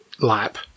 lap